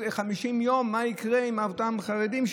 50 יום: מה יקרה עם אותם חרדים שייסעו.